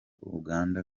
uganda